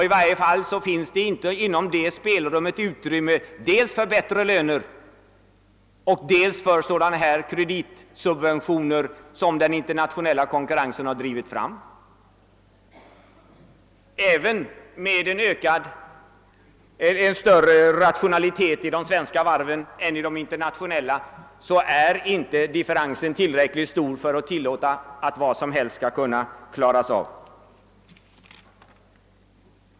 I varje fall finns det inte utrymme för dels bättre löner, dels sådana kreditsubventioner som den internationella konkurrensen har drivit fram. Även med en större rationalitet i de svenska varven än i de internationella är differensen inte tillräckligt stor för att tillåta att vad som helst skall kunna klaras av.